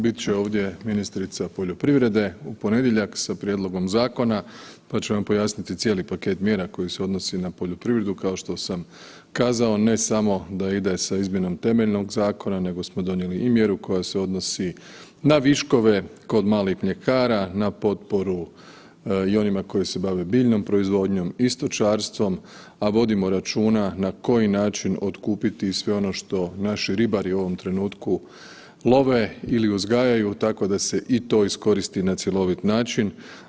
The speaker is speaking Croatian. Bit će ovdje ministrica poljoprivrede u ponedjeljak sa prijedlogom zakona, pa će vam pojasniti cijeli paket mjera koji se odnosi na poljoprivredu kao što sam kazao, ne samo da ide sa izmjenom temeljnog zakona nego smo donijeli i mjeru koja se odnosi na viškove kod malih mljekara, na potporu i onima koji se bave biljnom proizvodnjom i stočarstvom, a vodimo računa na koji način otkupiti i sve ono što naši ribari u ovom trenutku love ili uzgajaju, tako da se i to iskoristi na cjelovit način.